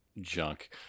junk